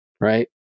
right